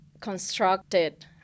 constructed